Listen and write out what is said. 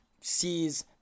sees